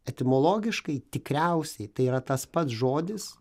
etimologiškai tikriausiai tai yra tas pats žodis